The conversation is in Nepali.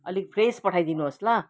अलिक फ्रेस पठाइदिनु होस् ल